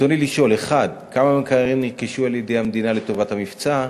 רצוני לשאול: 1. כמה מקררים נרכשו על-ידי המדינה לטובת המבצע?